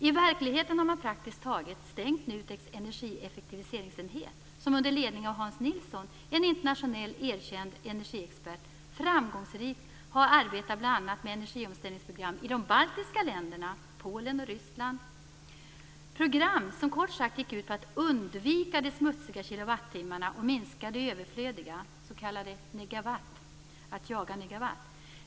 I verkligheten har man praktiskt taget stängt NUTEK:s energieffektiviseringsenhet, som under ledning av Hans Nilsson, en internationellt erkänd energiexpert, framgångsrikt hade arbetat bl.a. med energiomställningsprogram i de baltiska länderna, Polen och Ryssland. Det var program som kort sagt gick ut på att undvika de smutsiga kilowattimmarna och minska de överflödiga. Det kallas för att jaga "negawatt".